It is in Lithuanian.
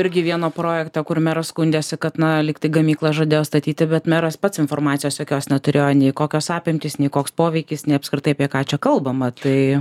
irgi vieną projektą kur meras skundėsi kad na lygtai gamyklą žadėjo statyti bet meras pats informacijos jokios neturėjo nei kokios apimtys nei koks poveikis nei apskritai apie ką čia kalbama tai